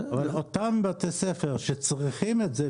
אבל אותם בתי ספר שצריכים את זה,